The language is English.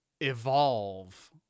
Evolve